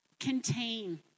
contain